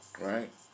Right